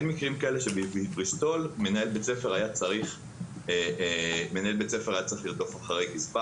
שבהם מנהל בית ספר היה צריך לרדוף אחרי גזבר